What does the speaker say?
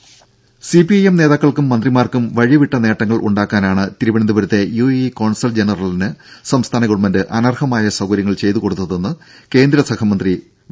രും സിപിഐഎം നേതാക്കൾക്കും മന്ത്രിമാർക്കും വഴിവിട്ട നേട്ടങ്ങൾ ഉണ്ടാക്കാനാണ് തിരുവനന്തപുരത്തെ യുഎഇ കോൺസൽ ജനറലിന് സംസ്ഥാന ഗവൺമെന്റ് അനർഹമായ സൌകര്യങ്ങൾ ചെയ്തു കൊടുത്തതെന്ന് കേന്ദ്ര സഹമന്ത്രി വി